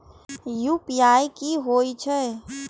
UPI की होई छै?